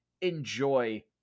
enjoy